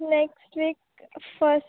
next week first